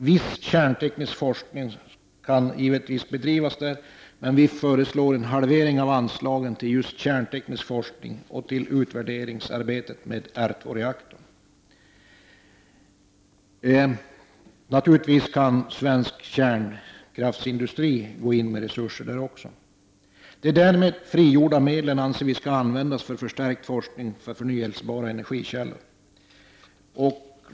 Viss kärnteknisk forskning kan givetvis bedrivas där, men vi föreslår en halvering av anslagen till just kärnteknisk forskning och till utvärderingsarbetet med R2-reaktorn. Naturligtvis kan svensk kärnkraftsindustri föra in resurser även där. De därmed frigjorda medlen anser vi skall användas till en förstärkning av forskningen om förnyelsebara energikällor.